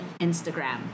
instagram